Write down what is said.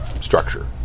structure